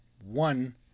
one